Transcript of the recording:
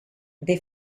they